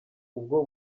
ubwo